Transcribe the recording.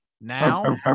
now